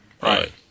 Right